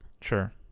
Sure